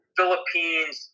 Philippines